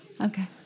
Okay